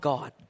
God